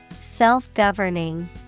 Self-governing